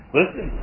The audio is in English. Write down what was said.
listen